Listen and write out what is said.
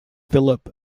phillip